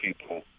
people